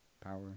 power